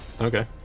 Okay